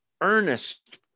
earnest